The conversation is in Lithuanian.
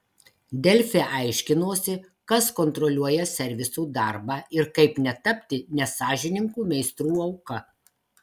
delfi aiškinosi kas kontroliuoja servisų darbą ir kaip netapti nesąžiningų meistrų auka